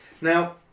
Now